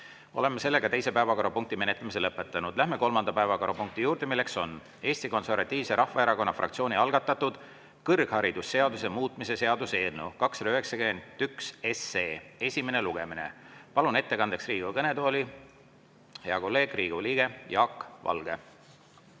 Oleme teise päevakorrapunkti menetlemise lõpetanud. Läheme kolmanda päevakorrapunkti juurde, milleks on Eesti Konservatiivse Rahvaerakonna fraktsiooni algatatud kõrgharidusseaduse muutmise seaduse eelnõu 291 esimene lugemine. Palun ettekandeks Riigikogu kõnetooli hea kolleegi, Riigikogu liikme Jaak Valge.